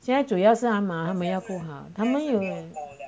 现在主要是阿妈他们要顾好他们有